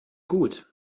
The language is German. gut